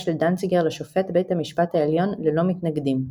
של דנציגר לשופט בית המשפט העליון ללא מתנגדים.